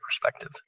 perspective